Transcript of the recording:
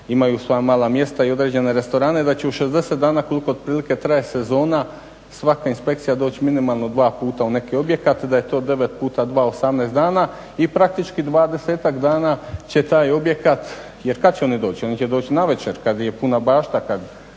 imaju svoja mala mjesta i određene restorane da će u 60 dana koliko otprilike traje sezona svaka inspekcija doći minimalno 2 puta u neki objekat, da je to 9 puta 2, 18 dana i praktički 20-tak dana će taj objekat. Jer kad će oni doći? Oni će doći navečer kad je puna bašta,